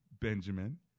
Benjamin